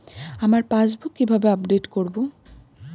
আমার পাসবুক কিভাবে আপডেট করবো?